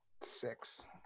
Six